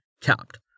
Capped